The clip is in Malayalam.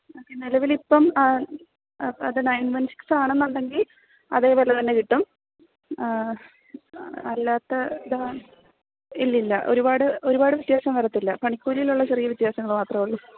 ഓക്കെ നിലവിലിപ്പോള് അത് നെയന് വണ് സിക്സാണെന്നുണ്ടെങ്കില് അതേ വില തന്നെ കിട്ടും അല്ലാത്ത ഇതാ ഇല്ലില്ലാ ഒരുപാട് ഒരുപാട് വ്യത്യാസം വരത്തില്ല പണിക്കൂലിയിലുള്ള ചെറിയ വ്യത്യാസങ്ങള് മാത്രമേ ഉള്ളൂ